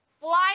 fly